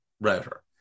router